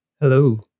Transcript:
Hello